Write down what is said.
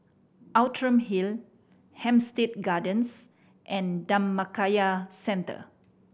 Outram Hill Hampstead Gardens and Dhammakaya Centre